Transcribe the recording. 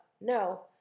No